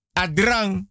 adrang